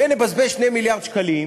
ונבזבז 2 מיליארד שקלים,